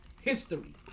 history